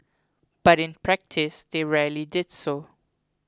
but in practice they rarely did so